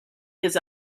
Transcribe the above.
his